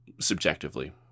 subjectively